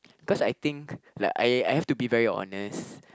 cause I think like I I have to be very honest